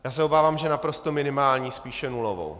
Já se obávám, že naprosto minimální, spíše nulovou.